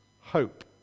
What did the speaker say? hope